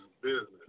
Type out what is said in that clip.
business